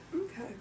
okay